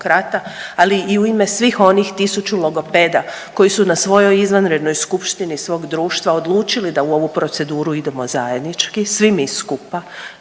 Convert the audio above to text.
ali i u ime svih onih tisuću logopeda koji su na svojoj izvanrednoj skupštini društva odlučili da u ovu proceduru idemo zajednički svi mi skupa,